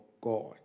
God